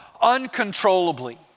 uncontrollably